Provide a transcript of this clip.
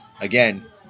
again